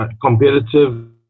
competitive